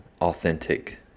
authentic